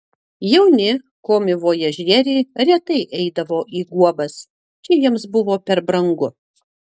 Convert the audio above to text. jauni komivojažieriai retai eidavo į guobas čia jiems buvo per brangu